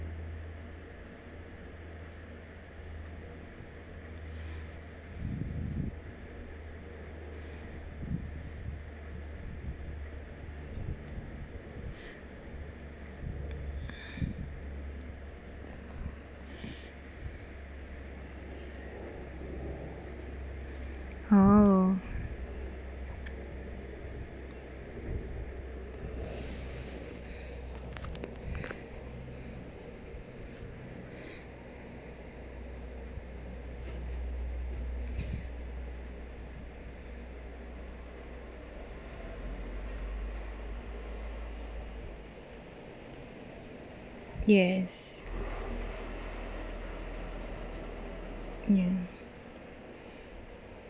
oh yes ya